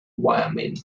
wyoming